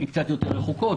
הן קצת יותר רחוקות.